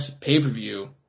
pay-per-view